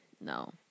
No